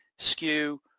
skew